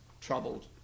troubled